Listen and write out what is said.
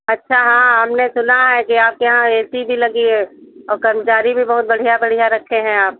अच्छा हाँ हमने सुना है कि आपके यहाँ ए सी भी लगी है और कर्मचारी भी बहुत बढ़िया बढ़िया रखे हैं आप